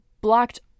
blocked